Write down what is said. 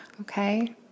Okay